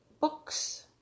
books